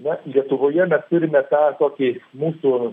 na lietuvoje mes turime tą tokį mūsų